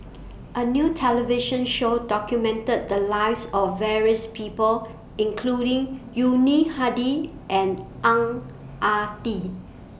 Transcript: A New television Show documented The Lives of various People including Yuni Hadi and Ang Ah Tee